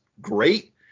great